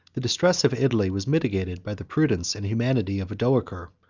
the distress of italy was mitigated by the prudence and humanity of odoacer,